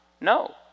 No